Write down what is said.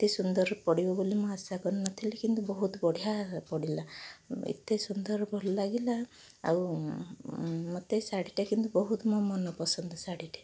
ଏତେ ସୁନ୍ଦରପଡ଼ିବ ବୋଲି ମୁଁ ଆଶା କରିନଥିଲି କିନ୍ତୁ ବହୁତ ବଢ଼ିଆ ପଡ଼ିଲା ଏତେ ସୁନ୍ଦର ଭଲ ଲାଗିଲା ଆଉ ଉଁ ମୋତେ ଏ ଶାଢ଼ୀଟା କିନ୍ତୁ ବହୁତ ମୋ ମନପସନ୍ଦ ଶାଢ଼ୀଟେ